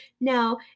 Now